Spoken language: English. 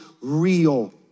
real